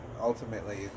ultimately